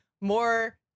more